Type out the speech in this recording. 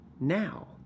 Now